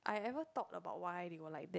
I ever thought about why they were like that